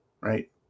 right